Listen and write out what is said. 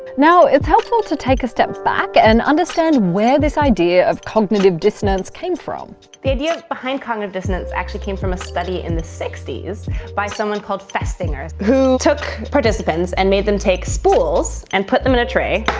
now it's helpful to take a step back and understand where this idea of cognitive dissonance came from the idea behind cognitive dissonance actually came from a study in the sixty s by someone called festinger, who took participants and made them take spools and put them in a tray.